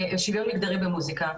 שוויון מגדרי במוזיקה,